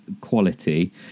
quality